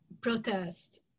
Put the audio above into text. protest